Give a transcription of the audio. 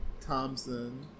Thompson